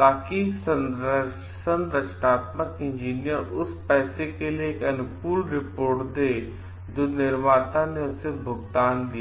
ताकि संरचनात्मक इंजीनियर उस पैसे के लिए एक अनुकूल रिपोर्ट दे जो निर्माता ने उसे भुगतान किया था